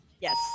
Yes